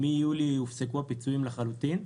מיולי הופסקו הפיצויים לחלוטין.